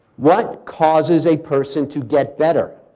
what causes a person to get better?